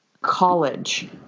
college